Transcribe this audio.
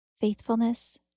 faithfulness